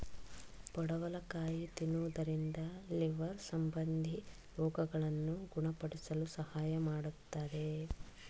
ಪಡವಲಕಾಯಿ ತಿನ್ನುವುದರಿಂದ ಲಿವರ್ ಸಂಬಂಧಿ ರೋಗಗಳನ್ನು ಗುಣಪಡಿಸಲು ಸಹಾಯ ಮಾಡತ್ತದೆ